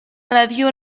ràdio